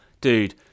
dude